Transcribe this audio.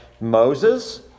Moses